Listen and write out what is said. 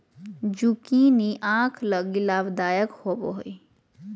zucchini आंख लगी लाभदायक होबो हइ